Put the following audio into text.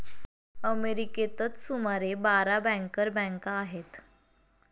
अमेरिकेतच सुमारे बारा बँकर बँका आहेत